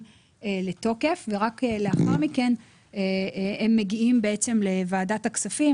לתוקף ואחר כך מגיעים לוועדת הכספים.